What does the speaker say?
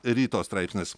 ryto straipsnis